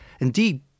indeed